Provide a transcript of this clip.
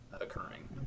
occurring